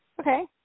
okay